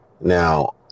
Now